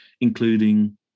including